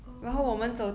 oh